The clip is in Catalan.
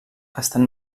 estan